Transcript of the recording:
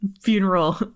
funeral